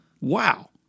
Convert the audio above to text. Wow